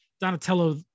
Donatello